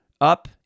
Up